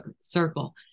circle